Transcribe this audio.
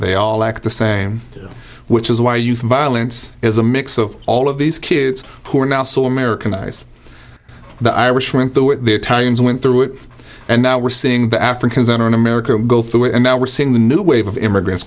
they all act the same which is why you violence is a mix of all of these kids who are not so americanize the irish went through it the italians went through it and now we're seeing the africans on an american go through and now we're seeing the new wave of immigrants